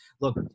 look